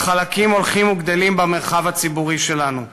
חלקים הולכים וגדלים במרחב הציבורי שלנו.